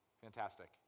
fantastic